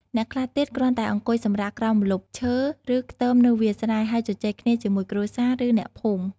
អ្នកខ្លះទៀត គ្រាន់តែអង្គុយសម្រាកក្រោមម្លប់ឈើ ឬ ខ្ទមនៅវាលស្រែ ហើយជជែកគ្នាជាមួយគ្រួសារ ឬ អ្នកភូមិ។